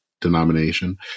denomination